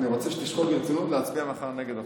אני רוצה שתשקול ברצינות להצביע מחר נגד החוק.